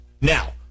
now